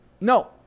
No